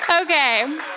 Okay